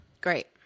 Great